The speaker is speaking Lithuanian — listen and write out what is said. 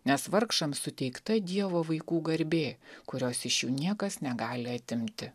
nes vargšams suteikta dievo vaikų garbė kurios iš jų niekas negali atimti